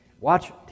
Watch